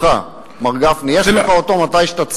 יש לך אותו מתי שאתה צריך.